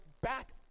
back